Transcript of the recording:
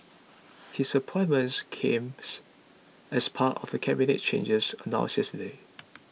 his appointment comes as part of Cabinet changes announced yesterday